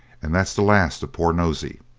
and that's the last of poor nosey.